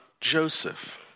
Joseph